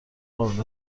قابل